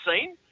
seen